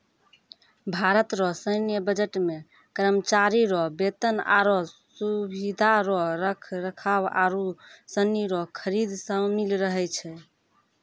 भारत रो सैन्य बजट मे करमचारी रो बेतन, आरो सुबिधा रो रख रखाव आरू सनी रो खरीद सामिल रहै छै